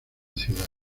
ciudad